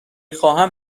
خواهم